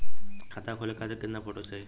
खाता खोले खातिर केतना फोटो चाहीं?